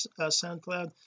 soundcloud